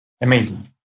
Amazing